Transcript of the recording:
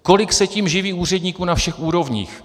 Kolik se tím živí úředníků na všech úrovních?